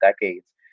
decades